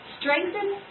Strengthen